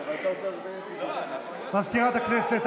מזכירת הכנסת,